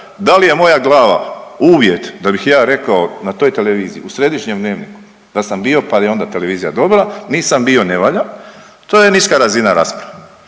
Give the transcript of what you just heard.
da li je moja glava uvjet da bih ja rekao na toj televiziji u središnjem dnevniku da sam bio pa je onda televizija dobra, nisam bio ne valja, to je niska razina rasprave.